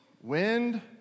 wind